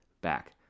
back